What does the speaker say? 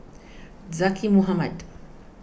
Zaqy Mohamad